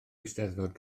eisteddfod